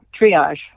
triage